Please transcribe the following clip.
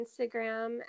instagram